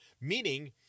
meaning